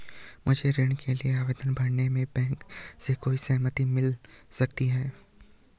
मुझे ऋण के लिए आवेदन भरने में बैंक से कोई सहायता मिल सकती है?